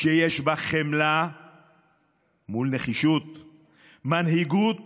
שיש בה חמלה מול נחישות, מנהיגות